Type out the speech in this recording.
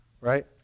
Right